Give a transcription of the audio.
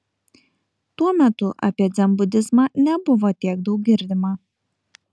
tuo metu apie dzenbudizmą nebuvo tiek daug girdima